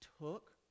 took